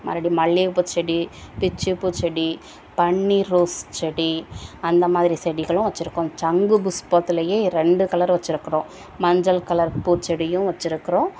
மறுபடியும் மல்லிகைப்பூ செடி பிச்சிப்பூச்செடி பன்னீர் ரோஸ் செடி அந்த மாதிரி செடிகளும் வச்சிருக்கோம் சங்கு புஷ்பத்துலேயே ரெண்டு கலர் வச்சிருக்கிறோம் மஞ்சள் கலர் பூச்செடியும் வச்சிருக்கிறோம்